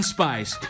Spice